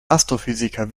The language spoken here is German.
astrophysiker